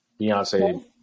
Beyonce